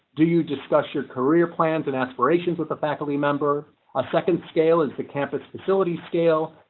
do you discuss your career plans and aspirations with a faculty member a second scale is the campus facility scale?